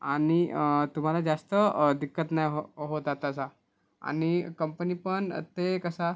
आणि तुम्हाला जास्त दिक्कत नाही हो होतात त्याचा आणि कंपनी पण ते कसा